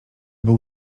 był